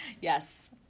yes